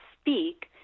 speak